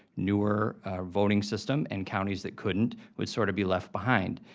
newer voting system, and counties that couldn't would sort of be left behind.